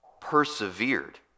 persevered